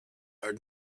are